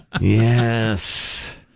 Yes